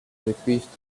bequeathed